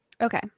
Okay